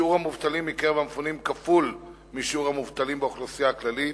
שיעור המובטלים מקרב המפונים כפול משיעור המובטלים באוכלוסייה הכללית.